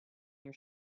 your